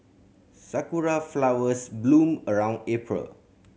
sakura flowers bloom around April